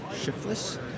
shiftless